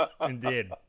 indeed